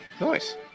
Nice